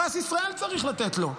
פרס ישראל צריך לתת לו.